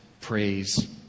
praise